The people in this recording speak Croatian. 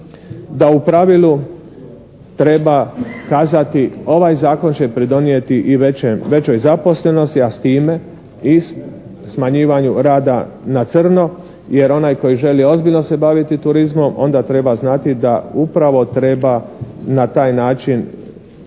da u pravilu treba kazati ovaj zakon će pridonijeti i većoj zaposlenosti, a s time i smanjivanju rada na crno, jer onaj koji želi ozbiljno se baviti turizmom onda treba znati da upravo treba na taj način